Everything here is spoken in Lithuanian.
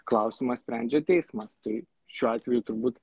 klausimą sprendžia teismas tai šiuo atveju turbūt